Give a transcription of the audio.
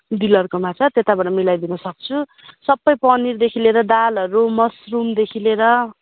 डिलरकोमा छ त्यताबाट मिलाइदिन सक्छु सबै पनिरदेखि लिएर दालहरू मसरुमदेखि लिएर